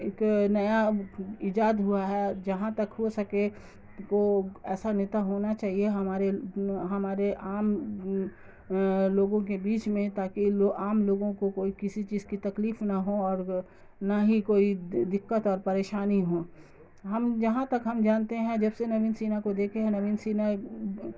ایک نیا ایجاد ہوا ہے جہاں تک ہو سکے کو ایسا نیتا ہونا چاہیے ہمارے ہمارے عام لوگوں کے بیچ میں تاکہ لوگ عام لوگوں کو کوئی کسی چیز کی تکلیف نہ ہو اور نہ ہی کوئی دقت اور پریشانی ہو ہم جہاں تک ہم جانتے ہیں جب سے نوین سنہا کو دیکھے ہیں نوین سینہ